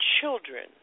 children